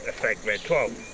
ah fake grade twelve.